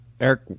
Eric